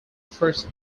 first